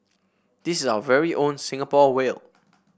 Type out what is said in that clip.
this is our very own Singapore whale